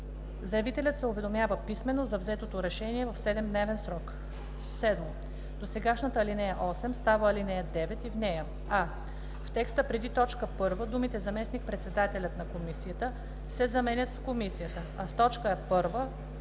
Заявителят се уведомява писмено за взетото решение в 7-дневен срок.“ 7. Досегашната ал. 8 става ал. 9 и в нея: а) в текста преди т. 1 думите „Заместник-председателят на комисията“ се заменят с „Комисията“, а в т. 1